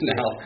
Now